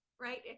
right